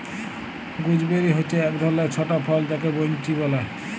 gooseberry হচ্যে এক ধরলের ছট ফল যাকে বৈনচি ব্যলে